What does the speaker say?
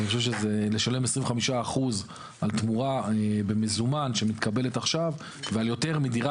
לשלם 25% במזומן על תמורה שמתקבלת עכשיו ועל יותר מדירה